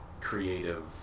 creative